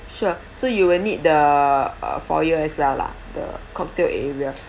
sure so you will need the uh foyer as well lah the cocktail area